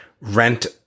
rent